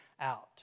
out